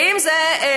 ואם זה היום,